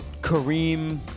Kareem